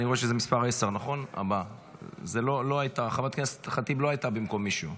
אני רואה שהבא הוא מס' 10. חברת הכנסת לא הייתה במקום מישהו.